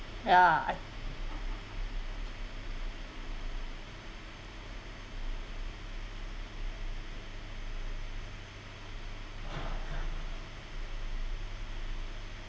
yeah I